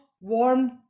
warm